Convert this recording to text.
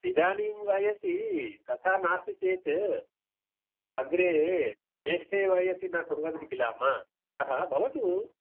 इदानीं वयसि तथा नास्ति चेत् अग्रे ज्येष्ठे वयसि न कुर्वन्ति किल अम्मा अतः भवतु